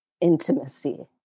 intimacy